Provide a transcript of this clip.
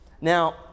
Now